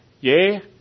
Yea